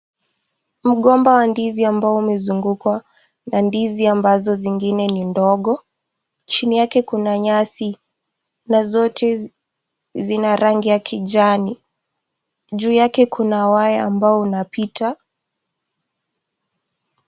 Mgomba wa ndizi ambao imezungukwa na ndizi ambazo zingine ni ndogo. Chini yake kuna nyasi na zote zina rangi ya kijani, juu yake kuna waya inapita hapa.